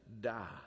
die